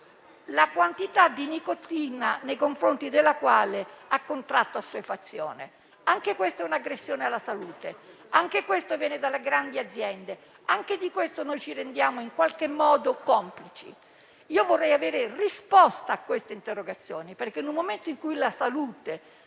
la quantità di nicotina nei confronti della quale ha contratto assuefazione. Anche questa è un'aggressione alla salute; anche questo viene dalle grandi aziende; anche di questo ci rendiamo in qualche modo complici. Vorrei avere risposta a dette interrogazioni, perché nel momento in cui la salute